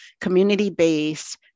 community-based